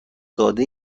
داده